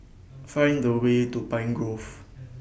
Find The Way to Pine Grove